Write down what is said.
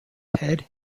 head